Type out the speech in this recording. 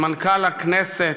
למנכ"ל הכנסת,